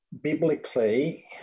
biblically